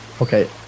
Okay